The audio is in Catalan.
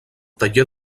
taller